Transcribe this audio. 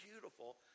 beautiful